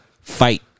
fight